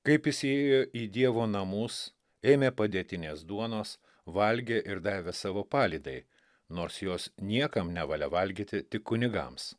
kaip jis įėjo į dievo namus ėmė padėtinės duonos valgė ir davė savo palydai nors jos niekam nevalia valgyti tik kunigams